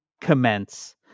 commence